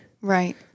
Right